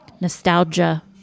nostalgia